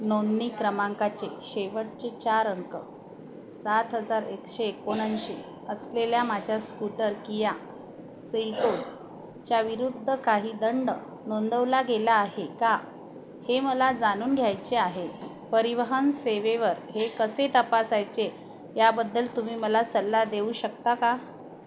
नोंदणी क्रमांकाचे शेवटचे चार अंक सात हजार एकशे एकोणऐंशी असलेल्या माझ्या स्कूटर किया सेलटोसच्या विरुद्ध काही दंड नोंदवला गेला आहे का हे मला जाणून घ्यायचे आहे परिवहन सेवेवर हे कसे तपासायचे याबद्दल तुम्ही मला सल्ला देऊ शकता का